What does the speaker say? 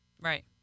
Right